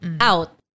Out